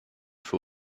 für